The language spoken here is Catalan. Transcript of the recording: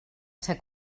ser